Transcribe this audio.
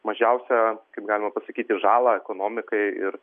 mažiausią kaip galima pasakyti žalą ekonomikai ir